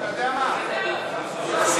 אתה יודע מה, מסירים.